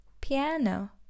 Piano